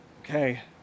Okay